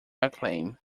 acclaim